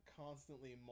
constantly